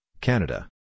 Canada